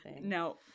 No